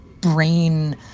brain